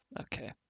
Okay